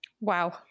Wow